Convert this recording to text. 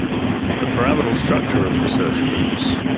the pyramidal structure of research groups,